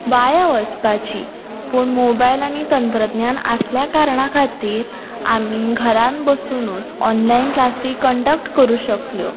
वाया वचपाची पूण मोबायल आनी तंत्रज्ञान आसल्या कारणां खातीर आमी घरान बसुनूच ऑनलायन क्लासी कंडक्ट करुं शकल्यो